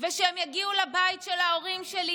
ושהם יגיעו לבית של ההורים שלי,